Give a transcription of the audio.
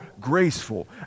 graceful